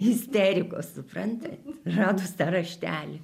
isterikos supranti radus tą raštelį